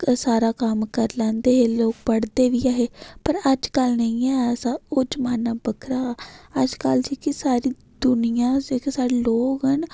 सारा कम्म करी लैंदे हे लोक पढ़दे बी ऐ हे पर अज्जकल नेईं ऐ ओह् जमान्ना बक्खरा अज्जकल दियां सारी दुनियां जेह्के सारे लोक न